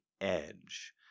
edge